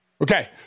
Okay